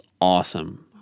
awesome